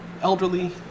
elderly